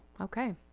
okay